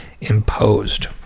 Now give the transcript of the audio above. imposed